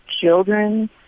children